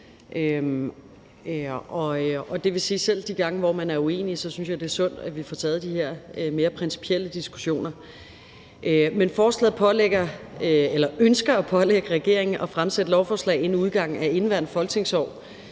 selv de gange, hvor vi er uenige, synes jeg, det er sundt, at vi får taget de her mere principielle diskussioner. Med forslaget ønsker forslagsstillerne at pålægge regeringen at fremsætte lovforslag inden udgangen af indeværende folketingsår